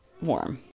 warm